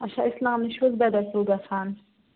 اَچھا اِسلام نِش حظ بے دَخل گژھان